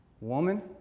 woman